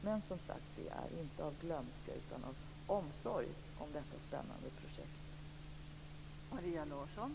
Men som sagt, det är inte av glömska utan av omsorg om detta spännande projekt.